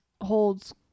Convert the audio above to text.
holds